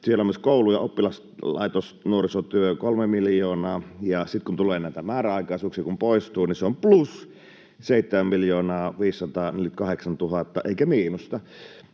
Siellä on myös koulu‑ ja oppilaitosnuorisotyö, 3 miljoonaa. Sitten kun näitä määräaikaisuuksia poistuu, niin se on plus 7 548 000 eikä miinusta.